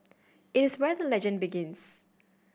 it is where the legend begins